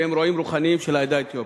שהם רועים רוחניים של העדה האתיופית,